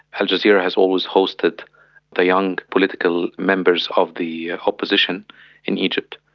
al jazeera has always hosted the young political members of the opposition in egypt.